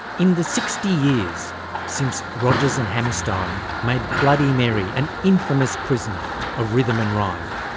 in the sixty years since rodgers and hammerstein made bloody mary an infamous prisoner of rhythm and rhyme,